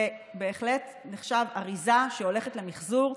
זה בהחלט נחשב לאריזה שהולכת למחזור.